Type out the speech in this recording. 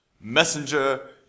Messenger